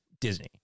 Disney